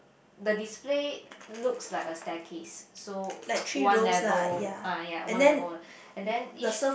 the display looks like a staircase so one level ah ya one level one and then each